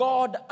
God